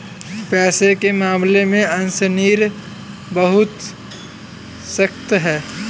पैसे के मामले में अशनीर बहुत सख्त है